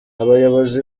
abayobozi